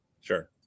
Sure